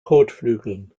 kotflügeln